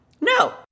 No